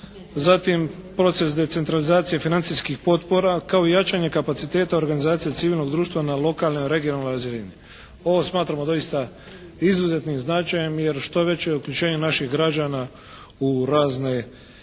zatim proces decentralizacije financijskih potpora kao jačanje kapaciteta organizacije civilnog društva na lokalnoj i regionalnoj razini. Ovo smatramo doista izuzetnim značajem jer što je veće uključenje naših građana u razne i razne